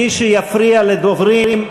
מי שיפריע לדוברים,